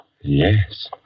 Yes